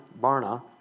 Barna